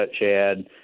shad